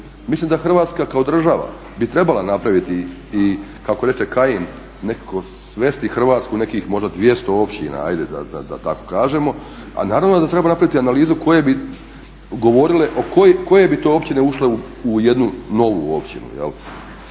Mislim da Hrvatska kao država bi trebala napraviti i kako reče Kajin nekako svesti Hrvatsku u nekih možda 200 općina, hajde da tako kažemo a naravno da treba napraviti analizu koje bi govorile koje bi to općine ušle u jednu novu općinu.